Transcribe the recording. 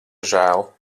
žēl